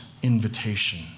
invitation